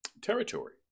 territory